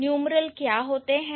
numeral क्या होते हैं